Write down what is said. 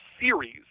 series